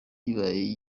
yabaye